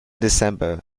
december